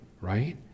right